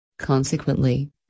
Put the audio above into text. Consequently